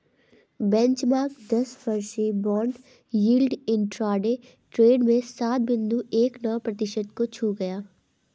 benchmark दस वर्षीय bond yield intraday trade में सात बिंदु एक नौ प्रतिशत को छू गया